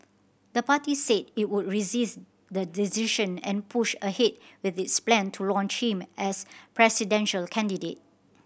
the party said it would resist the decision and push ahead with its plan to launch him as presidential candidate